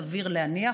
סביר להניח,